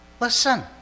Listen